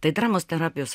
tai dramos terapijos